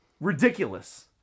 Ridiculous